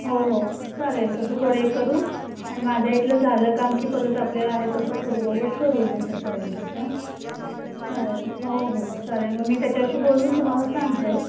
हो हो चालेल तसं थोडे करू आणि माझ्या इथलं झालं का आणखी परत आपले आहे तसं पूर्ववत करू जसं ठरेल तसं चालेल हो हो चालेल मग मी त्याच्याशी बोलून तुम्हाला सांगते